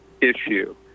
issue